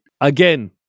Again